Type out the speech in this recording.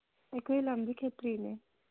ꯑꯩꯈꯣꯏ ꯂꯝꯗꯤ ꯈꯦꯇ꯭ꯔꯤꯅꯦ